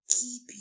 Keep